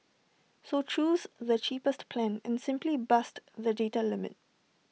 so choose the cheapest plan and simply bust the data limit